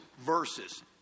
verses